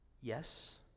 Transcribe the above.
Yes